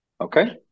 Okay